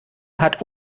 hat